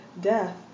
death